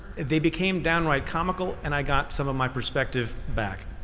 they became downright comical and i got some of my perspective back.